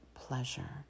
pleasure